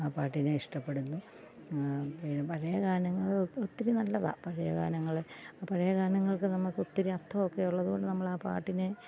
ആ പാട്ടിനെ ഇഷ്ടപ്പെടുന്നു പഴയ ഗാനങ്ങൾ ഒ ഒത്തിരി നല്ലതാണ് പഴയ ഗാനങ്ങൾ പഴയ ഗാനങ്ങൾക്ക് നമുക്ക് ഒത്തിരി അർത്ഥമൊക്കെ ഉള്ളതു കൊണ്ട് നമ്മളാ പാട്ടിനേ